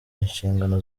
inshingano